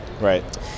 Right